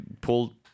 pulled